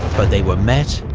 but they were met,